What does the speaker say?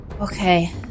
okay